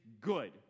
good